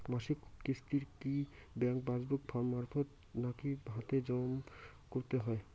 মাসিক কিস্তি কি ব্যাংক পাসবুক মারফত নাকি হাতে হাতেজম করতে হয়?